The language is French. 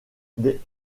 des